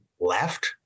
left